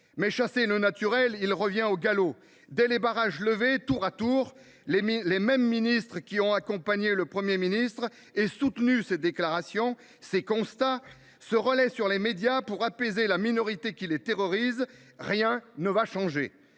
Mais chassez le naturel, il revient au galop ! Dès les barrages levés, les mêmes ministres qui ont accompagné le Premier ministre et soutenu ses déclarations et fait leurs ses constats se relaient tour à tour sur les médias pour apaiser la minorité qui les terrorise. Rien ne va changer